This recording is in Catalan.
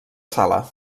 sala